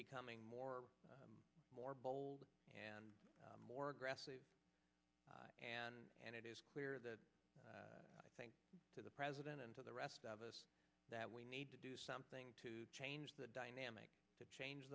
becoming more and more bold and more aggressive and and it is clear that i think to the president and to the rest of us that we need to do something to change the dynamic to change